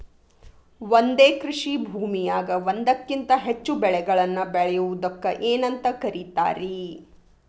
ಒಂದೇ ಕೃಷಿ ಭೂಮಿಯಾಗ ಒಂದಕ್ಕಿಂತ ಹೆಚ್ಚು ಬೆಳೆಗಳನ್ನ ಬೆಳೆಯುವುದಕ್ಕ ಏನಂತ ಕರಿತಾರಿ?